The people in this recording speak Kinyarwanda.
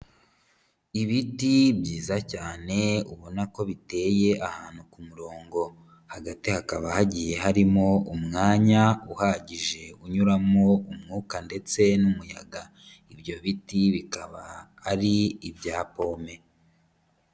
Ibiti byiza cyane ubona ko biteye ahantu ku murongo, hagati hakaba hagiye harimo umwanya uhagije unyuramo umwuka ndetse n'umuyaga, ibyo biti bikaba ari ibya pome.